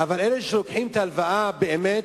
אבל אלה שלוקחים את ההלוואה באמת,